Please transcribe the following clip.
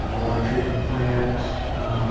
um water treatment plant,